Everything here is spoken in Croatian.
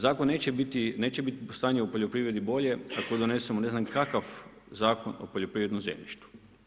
Zakon neće biti, neće biti stanje u poljoprivredi bolje ako donesemo ne znam kakav Zakon o poljoprivrednom zemljištu.